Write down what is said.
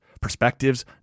Perspectives